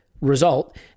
result